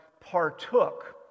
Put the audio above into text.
partook